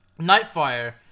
Nightfire